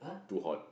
too hot